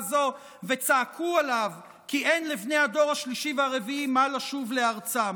הזו וצעקו עליו כי אין לבני הדור השלישי והרביעי מה לשוב לארצם,